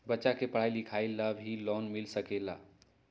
बच्चा के पढ़ाई लिखाई ला भी लोन मिल सकेला?